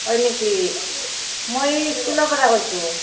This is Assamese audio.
হয় নেকি মই স্কুলৰ পৰা কৈছোঁ